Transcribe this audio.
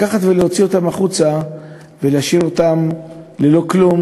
לקחת ולהוציא אותם החוצה ולהשאיר אותם בלא כלום,